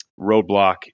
Roadblock